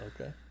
Okay